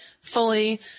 fully